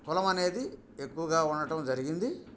కులం అనేది ఎక్కువగా ఉండడం జరిగింది